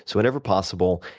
whenever possible,